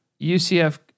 UCF